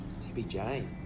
TBJ